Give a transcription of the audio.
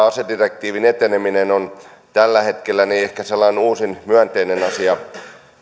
asedirektiivin eteneminen on tällä hetkellä ehkä sellainen uusin myönteinen asia